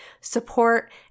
support